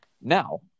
Now